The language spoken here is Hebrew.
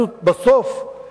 בסופו של דבר,